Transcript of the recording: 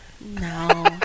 No